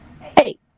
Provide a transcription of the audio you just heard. Hey